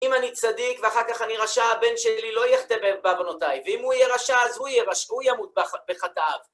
אם אני צדיק ואחר כך אני רשע, הבן שלי לא יחטא בעוונותי. ואם הוא יהיה רשע, אז הוא יהיה רשע, הוא ימות בחטאיו.